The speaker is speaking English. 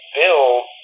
build